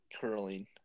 curling